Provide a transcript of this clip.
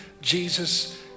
Jesus